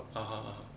(uh huh) (uh huh)